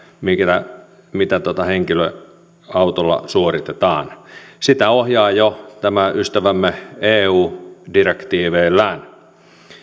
mitä henkilöautolla suoritetaan sitä ohjaa jo ystävämme eu direktiiveillään